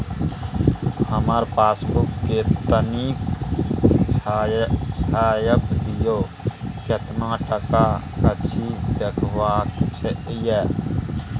हमर पासबुक के तनिक छाय्प दियो, केतना टका अछि देखबाक ये?